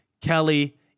Kelly